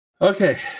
Okay